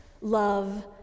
love